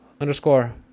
underscore